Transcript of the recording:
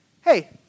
Hey